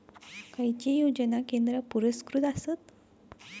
खैचे योजना केंद्र पुरस्कृत आसत?